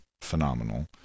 phenomenal